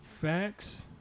Facts